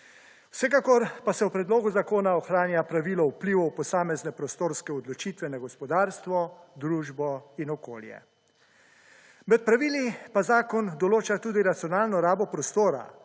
Vsekakor pa se v predlogu zakona ohranja pravilo vplivov posamezne prostorske odločitve na gospodarstvo, družbo in okolje. Med pravili pa zakon določa tudi racionalno rabo prostora,